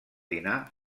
dinar